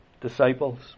disciples